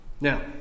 Now